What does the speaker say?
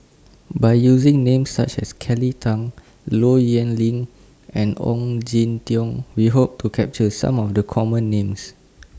By using Names such as Kelly Tang Low Yen Ling and Ong Jin Teong We Hope to capture Some of The Common Names